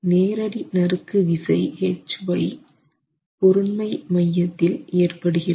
நேரடி நறுக்கு விசை H y பொருண்மை மையத்தில் ஏற்படுகிறது